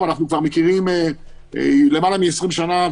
אבל אנחנו כבר מכירים למעלה מ-20 שנה,